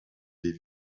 des